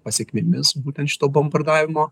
pasekmėmis būtent šito bombardavimo